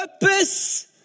purpose